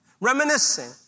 reminiscing